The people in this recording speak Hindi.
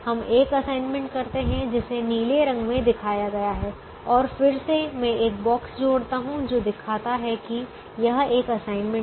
हम एक असाइनमेंट करते हैं जिसे नीले रंग में दिखाया गया है और फिर से मैं एक बॉक्स जोड़ता हूं जो दिखाता है कि यह एक असाइनमेंट है